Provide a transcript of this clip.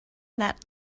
that